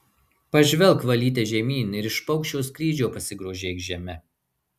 pažvelk valyte žemyn ir iš paukščio skrydžio pasigrožėk žeme